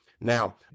Now